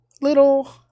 little